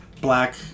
black